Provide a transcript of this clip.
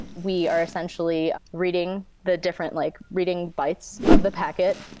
we are essentially reading the different like reading bytes of the packet,